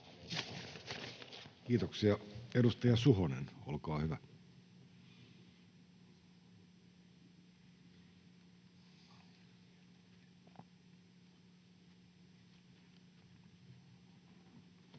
Kiitoksia. — Edustaja Peltonen, olkaa hyvä. [Speech